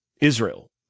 Israel